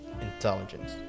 intelligence